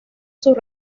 sus